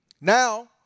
Now